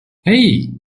hey